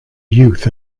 youth